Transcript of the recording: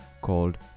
called